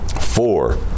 four